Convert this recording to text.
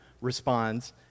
responds